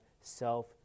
self